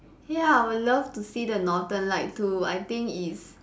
ya I would love to see the Northern light too I think it's